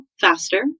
faster